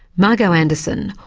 margo anderson,